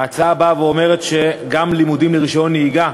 ההצעה באה ואומרת שגם לימודים לרישיון נהיגה,